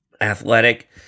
athletic